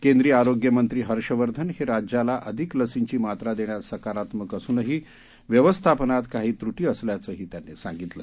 केंद्रीय आरोग्य मंत्री हर्षवर्धन हे राज्याला अधिक लसींची मात्रा देण्यात सकारात्मक असूनही व्यवस्थापनात काही त्रुटी असल्याचंही त्यांनी सांगितलं